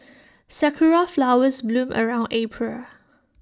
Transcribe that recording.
Sakura Flowers bloom around April